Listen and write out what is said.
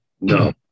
no